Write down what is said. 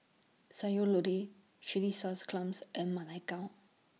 Sayur Lodeh Chilli Sauce Clams and Ma Lai Gao